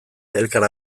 elkar